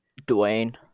dwayne